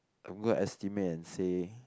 I'm gonna estimate and say